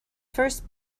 first